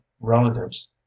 relatives